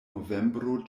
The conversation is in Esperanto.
novembro